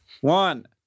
One